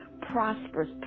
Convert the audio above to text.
prosperous